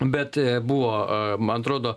bet buvo man atrodo